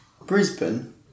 Brisbane